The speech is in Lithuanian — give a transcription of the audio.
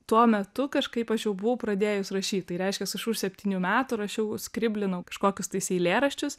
tuo metu kažkaip aš jau buvau pradėjus rašyt tai reiškias kažkur septynių metų rašiau skriblinau kažkokius tais eilėraščius